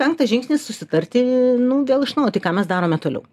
penktas žingsnis susitarti nu vėl iš naujo tai ką mes darome toliau